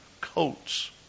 coats